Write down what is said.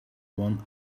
one